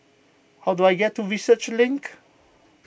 how do I get to Research Link